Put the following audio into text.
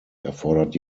erfordert